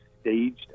staged